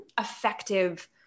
effective